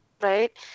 Right